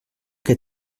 que